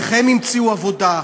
איך הם ימצאו עבודה,